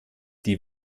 die